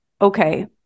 okay